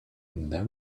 there